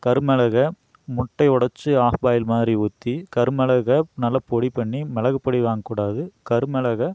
கருமிளக முட்டை உடச்சி ஆஃப்பாயில் மாதிரி ஊற்றி கருமிளக நல்லா பொடி பண்ணி மிளகு பொடி வாங்கக்கூடாது கருமிளக